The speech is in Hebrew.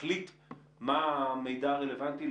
להחליט מה המידע הרלוונטי,